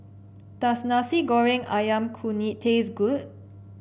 does Nasi Goreng ayam Kunyit taste good